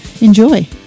enjoy